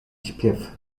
śpiew